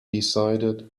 decided